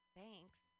thanks